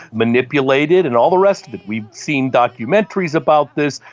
manipulated and all the rest of it. we've seen documentaries about this,